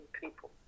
people